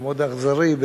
המאוד-אכזרי,